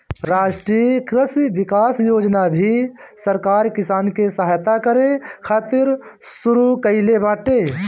राष्ट्रीय कृषि विकास योजना भी सरकार किसान के सहायता करे खातिर शुरू कईले बाटे